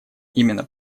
именно